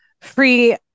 free